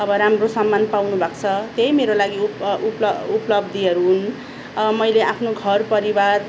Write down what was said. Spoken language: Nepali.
अब राम्रो सम्मान पाउनु भएको छ त्यही मेरो लागि उप उप्ल उप्लब्धिहरू हुन् मैले आफ्नो घर परिवार